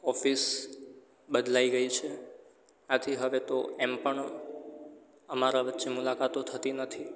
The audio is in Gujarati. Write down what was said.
ઓફિસ બદલાઈ ગઈ છે આથી હવે તો એમ પણ અમારા વચ્ચે મુલાકાતો થતી નથી